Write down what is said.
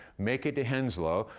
make it to henslow,